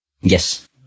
yes